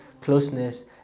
closeness